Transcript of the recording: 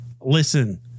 listen